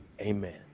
Amen